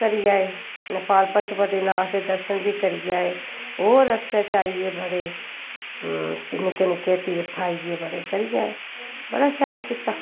करी आए नेपाल पशुपति नाथ दे दर्शन बी करी आए होर रस्ते च आई गे बड़े निक्के निक्के तीरथ आई गे बड़े करी आए बड़ा शैल कीता